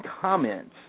comments